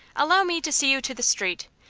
allow me to see you to the street,